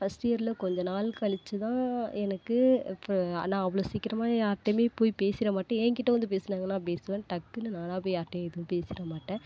first இயரில் கொஞ்ச நாள் கழிச்சு தான் எனக்கு இப்போ நான் அவ்வளோ சீக்கிரமாக யார்கிட்டயுமே போய் பேசிர மாட்டேன் ஏன்கிட்ட வந்து பேசுனாங்கன்னா நான் பேசுவேன் டக்குன்னு நானாக போய் யார்கிட்டையும் எதுவும் பேசிர மாட்டேன்